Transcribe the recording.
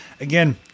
again